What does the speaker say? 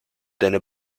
deine